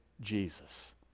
Jesus